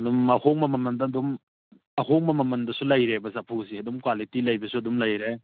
ꯑꯗꯨꯝ ꯑꯍꯣꯡꯕ ꯃꯃꯜꯗ ꯑꯗꯨꯝ ꯑꯍꯣꯡꯕ ꯃꯃꯜꯗꯁꯨ ꯂꯩꯔꯦꯕ ꯆꯐꯨꯁꯦ ꯑꯗꯨꯝ ꯀ꯭ꯋꯥꯂꯤꯇꯤ ꯂꯩꯕꯁꯨ ꯑꯗꯨꯝ ꯂꯩꯔꯦ